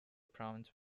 province